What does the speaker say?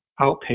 outpatient